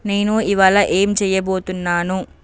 నేను ఇవాళ ఏం చేయబోతున్నాను